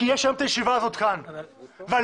כי הישיבה הזאת מתקיימת כאן היום ואני